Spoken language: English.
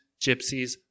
gypsies